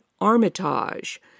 Armitage